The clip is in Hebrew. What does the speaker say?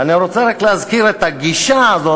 ואני רוצה רק להזכיר את הגישה הזאת,